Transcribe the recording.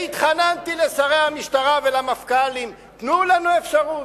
והתחננתי לשרי המשטרה ולמפכ"לים, תנו לנו אפשרות.